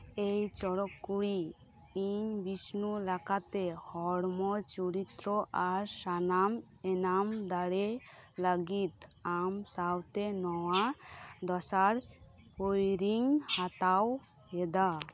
ᱮᱭ ᱪᱚᱨᱚᱠ ᱠᱩᱲᱤ ᱤᱧ ᱵᱤᱥᱱᱩ ᱞᱮᱠᱟᱛᱮ ᱦᱚᱲᱢᱚ ᱪᱩᱨᱤᱛ ᱟᱨ ᱥᱟᱱᱟᱢ ᱮᱱᱮᱢ ᱫᱟᱲᱮ ᱞᱟᱹᱜᱤᱫ ᱟᱢ ᱥᱟᱶᱛᱮ ᱱᱚᱶᱟ ᱫᱚᱥᱟᱨ ᱯᱟᱹᱣᱲᱤᱧ ᱦᱟᱛᱟᱣ ᱮᱫᱟ